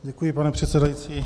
Děkuji, pane předsedající.